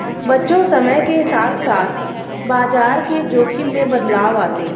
बच्चों समय के साथ साथ बाजार के जोख़िम में बदलाव आते हैं